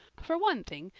for one thing,